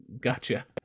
Gotcha